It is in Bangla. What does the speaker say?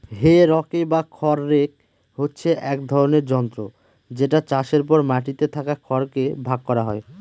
হে রকে বা খড় রেক হচ্ছে এক ধরনের যন্ত্র যেটা চাষের পর মাটিতে থাকা খড় কে ভাগ করা হয়